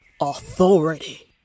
authority